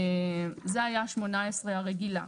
זה היה 18 הרגילה.